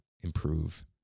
improve